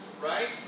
right